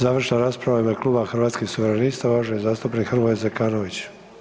Završna rasprava u ime kluba Hrvatskih suverenista, uvaženi zastupnik Hrvoje Zekanović.